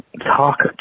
Talk